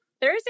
Thursday